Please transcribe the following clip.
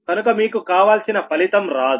కనుక మీకు కావాల్సిన ఫలితం రాదు